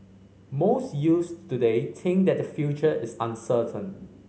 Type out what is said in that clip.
most youths today think that their future is uncertain